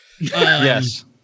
Yes